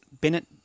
Bennett